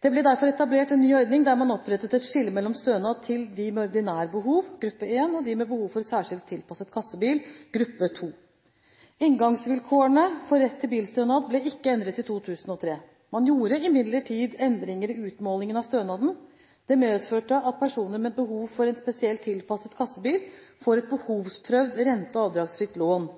Det ble derfor etablert en ny ordning, der man opprettet et skille mellom stønad til dem med ordinære behov, gruppe 1, og dem med behov for særskilt tilpasset kassebil, gruppe 2. Inngangsvilkårene for rett til bilstønad ble ikke endret i 2003. Man gjorde imidlertid endringer i utmålingen av stønaden. Det medførte at personer med behov for en spesielt tilpasset kassebil får et behovsprøvd rente- og avdragsfritt lån.